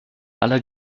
aller